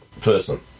person